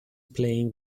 playing